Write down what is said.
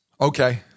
Okay